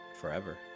forever